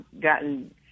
gotten